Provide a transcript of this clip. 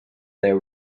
there